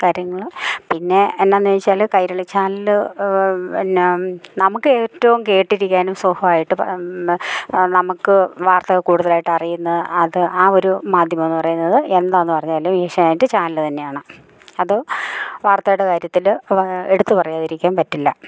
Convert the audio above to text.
കാര്യങ്ങള് പിന്നെ എന്നാന്ന് ചോദിച്ചാല് കൈരളിച്ചാനല് എന്നാ നമുക്ക് ഏറ്റവും കേട്ടിരിക്കാനും സ്വാഭാവികമായിട്ടും നമുക്ക് വാർത്തകൾ കൂടുതലായിട്ട് അറിയുന്ന അത് ആ ഒരു മാധ്യമം എന്ന് പറയുന്നത് എന്താന്ന് പറഞ്ഞാല് ഏഷ്യാനെറ്റ് ചാനൽ തന്നെയാണ് അത് വാർത്തയുടെ കാര്യത്തില് എടുത്ത് പറയാതിരിക്കാൻ പറ്റില്ല